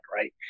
right